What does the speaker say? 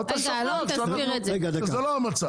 אבל אתה --- וזה לא המצב.